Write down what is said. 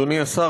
אדוני השר,